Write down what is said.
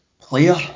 player